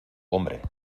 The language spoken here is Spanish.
hombre